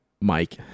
Mike